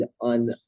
on